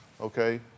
Okay